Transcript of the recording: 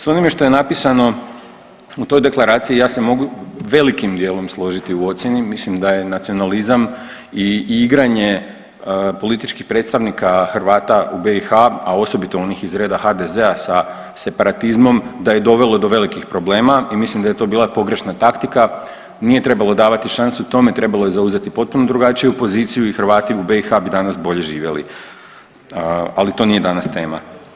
S onime što je napisano u toj deklaraciji ja se mogu velikim dijelom složiti u ocijeni, mislim da je nacionalizam i igranje političkih predstavnika Hrvata u BiH, a osobito onih iz reda HDZ-a sa separatizmom da je dovelo do velikih problema i mislim da je to bila pogrešna taktika, nije trebalo davati šansu tome, trebalo je zauzeti potpuno drugačiju poziciju i Hrvati u BiH bi danas bolje živjeli, ali to nije danas tema.